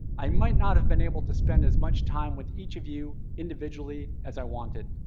i might not have been able to spend as much time with each of you individually as i wanted.